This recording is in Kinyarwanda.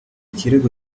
kirego